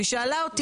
היא שאלה אותי